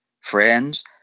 friends